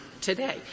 Today